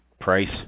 price